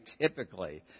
typically